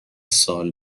سال